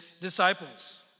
disciples